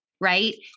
right